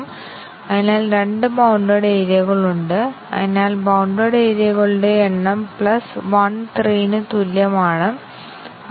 മറ്റൊരു വിധത്തിൽ പറഞ്ഞാൽ MCDC കവറേജ് നേടുന്നതിന് ആവശ്യമായ ടെസ്റ്റ് കേസുകളുടെ എണ്ണം ബേസിക് വ്യവസ്ഥകളുടെ എണ്ണത്തിൽ ലീനിയർ ആണ്